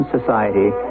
Society